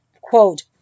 quote